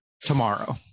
tomorrow